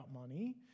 money